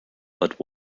but